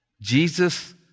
Jesus